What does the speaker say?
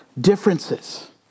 Differences